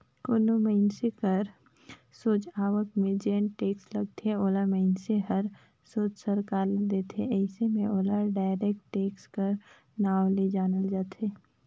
कोनो मइनसे कर सोझ आवक में जेन टेक्स लगथे ओला मइनसे हर सोझ सरकार ल देथे अइसे में ओला डायरेक्ट टेक्स कर नांव ले जानल जाथे